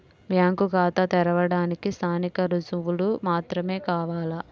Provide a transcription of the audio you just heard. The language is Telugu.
బ్యాంకు ఖాతా తెరవడానికి స్థానిక రుజువులు మాత్రమే కావాలా?